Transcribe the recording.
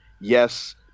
yes